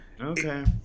okay